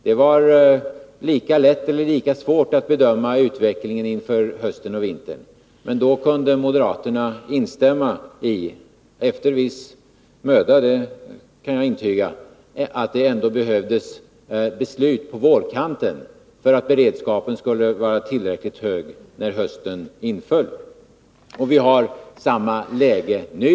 Det var den gången iika lätt eller lika svårt att bedöma utvecklingen inför hösten och vintern, men då kunde moderaterna instämma — jag kan intyga att det skedde efter viss möda — i att det ändå behövdes beslut på vårkanten för att beredskapen skulle vara tillräckligt hög inför hösten. Vi har alltså samma läge nu.